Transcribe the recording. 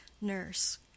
Nurse